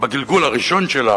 בגלגול הראשון שלה,